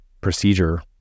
procedure